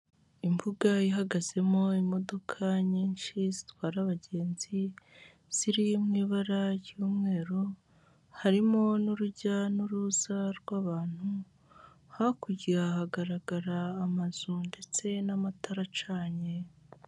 Imbuga ihagazemo imodoka nyinshi zitwara abagenzi, ziri mu ibara ry'umweru, harimo n'urujya n'uruza rw'abantu, hakurya hagaragara amazu ndetse n'amatara acanye.